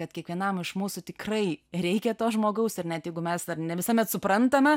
kad kiekvienam iš mūsų tikrai reikia to žmogaus ir net jeigu mes dar ne visuomet suprantame